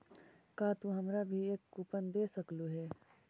का तू हमारा भी एक कूपन दे सकलू हे